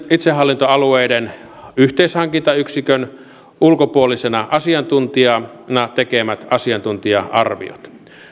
itsehallintoalueiden yhteishankintayksikön ulkopuolisena asiantuntijana tekemät asiantuntija arviot